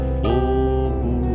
fogo